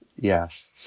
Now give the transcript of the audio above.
Yes